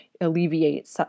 alleviate